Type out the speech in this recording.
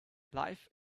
life